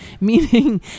meaning